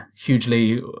hugely